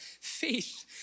faith